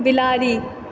बिलाड़ि